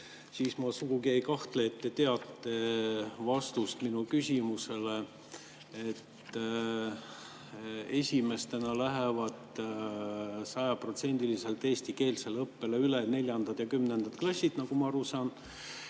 siis ma sugugi ei kahtle, et te teate vastust minu küsimusele. Esimestena lähevad sajaprotsendiliselt eestikeelsele õppele üle neljandad ja kümnendad klassid, nagu ma aru saan.